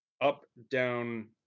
up-down